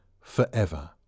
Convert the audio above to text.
forever